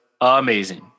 amazing